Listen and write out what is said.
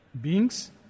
beings